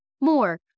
more